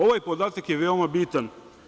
Ovaj podatak je veoma bitan.